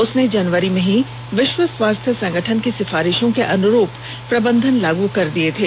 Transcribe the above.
उसने जनवरी में ही विश्व स्वास्थ्य संगठन की सिफारिशों के अनुरूप प्रबंधन लागू कर दिये थे